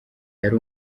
yari